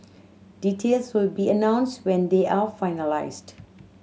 details will be announced when they are finalised